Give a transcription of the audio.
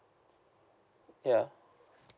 ya